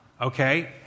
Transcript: okay